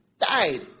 died